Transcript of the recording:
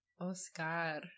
Oscar